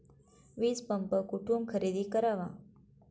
वीजपंप कुठून खरेदी करावा?